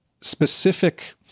specific